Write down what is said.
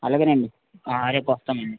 అలాగేనండి రేపు వస్తానండి